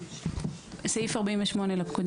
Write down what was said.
אדם בכינוי